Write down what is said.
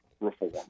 reform